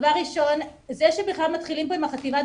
דבר ראשון זה שבכלל מתחילים פה עם חטיבת